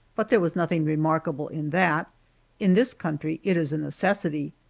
but there was nothing remarkable in that in this country it is a necessity.